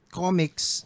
comics